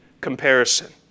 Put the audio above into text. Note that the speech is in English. comparison